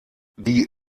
die